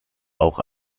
auch